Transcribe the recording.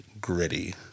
gritty